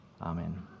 Amen